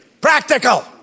practical